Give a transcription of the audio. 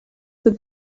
would